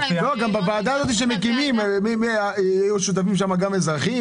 בוועדה שמקימים יהיו שותפים גם אזרחים?